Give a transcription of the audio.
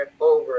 over